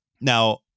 Now